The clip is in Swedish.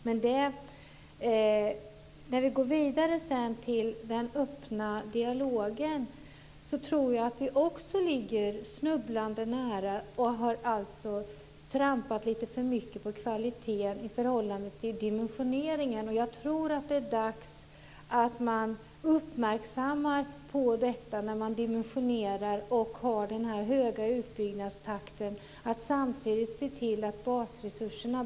För att gå vidare till den öppna dialogen tror jag att detsamma också här ligger snubblande nära och att ni har trampat lite för mycket på kvaliteten i förhållande till dimensioneringen. Jag tror att man bör uppmärksamma detta vid dimensioneringen i den höga utbyggnadstakten och samtidigt se till behovet av basresurser.